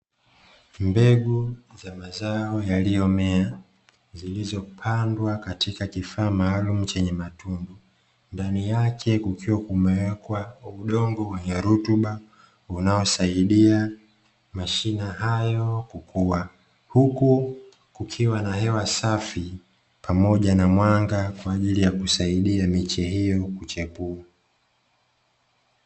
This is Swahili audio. Mbegu za mazao yaliyomea, zilizopandwa katika kifaa maalumu chenye matundu, ndani yake kukiwa kumewekwa udongo wenye rutuba, unaosaidia mashina hayo kukua. Huku kukiwa na hewa safi, pamoja na mwanga, kwa ajili ya kusaidia miche hiyo kuchipua.